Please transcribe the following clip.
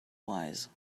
wise